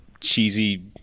cheesy